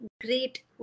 great